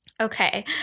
Okay